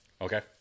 Okay